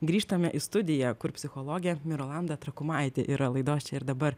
grįžtame į studiją kur psichologė mirolanda trakumaitė yra laidos čia ir dabar